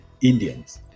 Indians